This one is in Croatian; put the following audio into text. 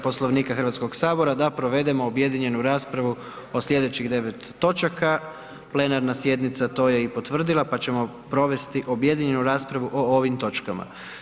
Poslovnika Hrvatskog sabora da provedemo objedinjenu raspravu o slijedećih 9 točaka, plenarna sjednica to je i potvrdila, pa ćemo provesti objedinjenu raspravu o ovim točkama.